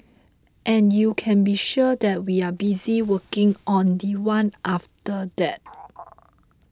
and you can be sure that we are busy working on the one after that